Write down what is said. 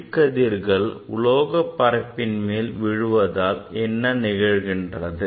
ஒளிக்கதிர்கள் உலோக பரப்பின் மீது விழுவதால் என்ன நிகழ்கின்றது